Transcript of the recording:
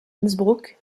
innsbruck